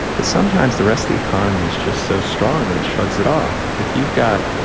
but sometimes the rest of the economy is just so strong that it shrugs it off. if you've got